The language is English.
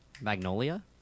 Magnolia